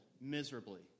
miserably